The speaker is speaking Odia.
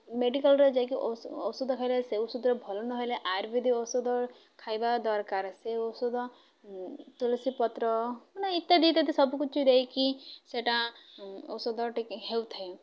ମେଡ଼ିକାଲରେ ଯାଇକି ଔଷଧ ଖାଇଲେ ସେ ଔଷଧରେ ଭଲ ନହେଲେ ଆୟୁର୍ବେଦିକ ଔଷଧ ଖାଇବା ଦରକାର ସେ ଔଷଧ ତୁଳସୀ ପତ୍ର ମାନେ ଇତ୍ୟାଦି ଇତ୍ୟାଦି ସବୁକଛି ସେଟା ଔଷଧଟେ ହେଉଥାଏ